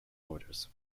orders